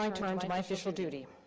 um turn to my official duty.